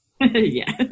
yes